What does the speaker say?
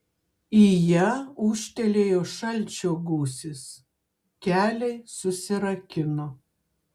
į ją ūžtelėjo šalčio gūsis keliai susirakino